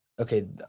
okay